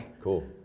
Cool